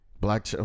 Black